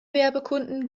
werbekunden